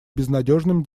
безнадежным